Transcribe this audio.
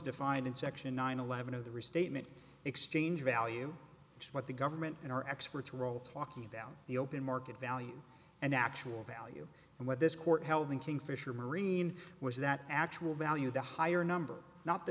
defined in section nine eleven of the restatement exchange value what the government in our experts role talking about the open market value and actual value and what this court held in kingfisher marine was that actual value the higher number not the